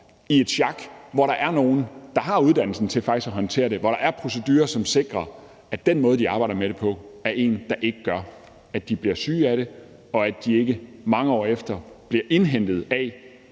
i et sjak, hvor der er nogle, der har uddannelsen til faktisk at håndtere det, og hvor der er procedurer, som sikrer, at den måde, de arbejder med det på, er en, der ikke gør, at de bliver syge af det, og at de ikke mange år efter bliver indhentet af,